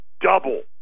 double